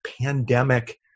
pandemic